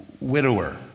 widower